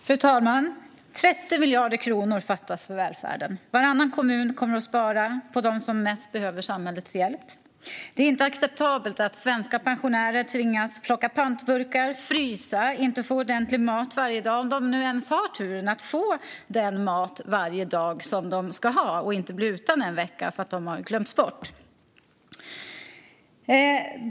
Fru talman! 30 miljarder kronor fattas för välfärden. Varannan kommun kommer att spara på dem som mest behöver samhällets hjälp. Det är inte acceptabelt att svenska pensionärer tvingas plocka pantburkar och frysa eller att de inte får ordentlig mat varje dag, om de ens har turen att varje dag få den mat de ska ha och inte blir utan en vecka eftersom de glömts bort.